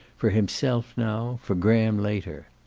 for himself now, for graham later.